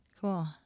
Cool